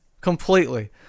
completely